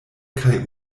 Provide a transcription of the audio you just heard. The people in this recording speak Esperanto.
kaj